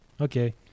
Okay